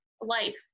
life